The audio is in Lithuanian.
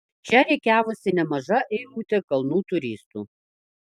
čia rikiavosi nemaža eilutė kalnų turistų